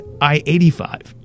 I-85